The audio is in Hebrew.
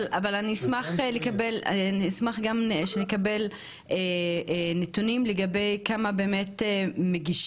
אז אני אשמח שנקבל נתונים לגבי כמה מגישים,